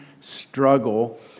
struggle